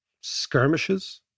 skirmishes